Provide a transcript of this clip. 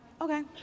okay